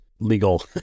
Legal